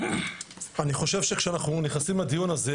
אני חושב שכשאנחנו נכנסים לדיון הזה,